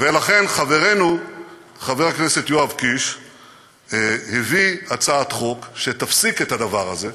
ולכן חברנו חבר הכנסת יואב קיש הביא הצעת חוק שתפסיק את הדבר הזה,